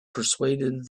persuaded